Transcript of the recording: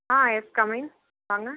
ah yes come in வாங்க